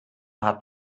hat